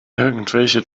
irgendwelche